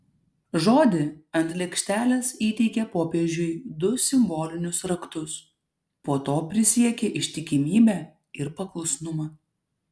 žodį ant lėkštelės įteikė popiežiui du simbolinius raktus po to prisiekė ištikimybę ir paklusnumą